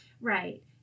Right